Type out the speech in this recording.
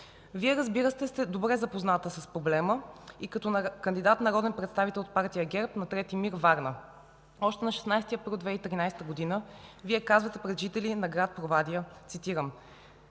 Вие, разбира се, сте добре запозната с проблема и като кандидат народен представител от Партия ГЕРБ на 3 МИР – Варна. Още на 16 април 2013 г. Вие казвате пред жители на град Провадия, цитирам: